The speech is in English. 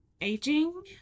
aging